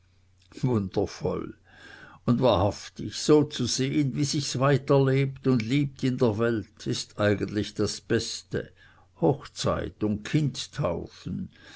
wundervoll und wahrhaftig so zu sehn wie sich's weiter lebt und liebt in der welt ist eigentlich das beste hochzeit und kindtaufen